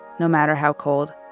no matter how cold.